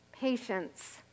patience